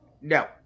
no